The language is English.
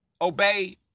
obey